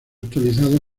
actualizado